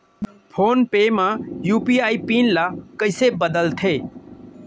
Phone पे म UPI pin ल कइसे बदलथे?